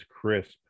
crisp